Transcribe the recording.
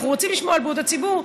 אנחנו רוצים לשמור על בריאות הציבור,